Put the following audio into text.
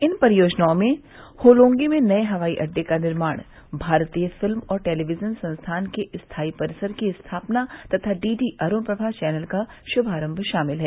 इन परियोजनाओं में होलोंगी में नये हवाई अड्डे का निर्माण भारतीय फिल्म और टेलीविजन संस्थान के स्थायी परिसर की स्थापना तथा डीडी अरुणप्रभा चैनल का शुभारंभ शामिल है